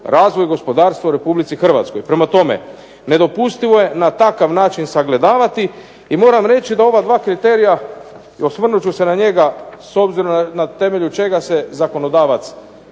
razvoj gospodarstva u Republici Hrvatskoj. Prema tome, nedopustivo je na takav način sagledavati i moram reći da ova dva kriterija, osvrnut ću se na njega s obzirom na temelju čega se zakonodavac